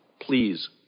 please